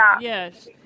yes